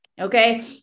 okay